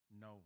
No